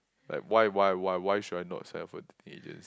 like why why why why should I not sign up for agency